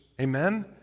Amen